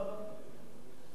חבר אגבאריה,